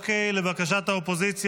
50 בעד, 60 נגד.